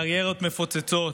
קריירות מפוצצות,